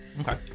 Okay